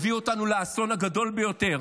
הביא אותנו לאסון הגדול ביותר